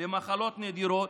למחלות נדירות,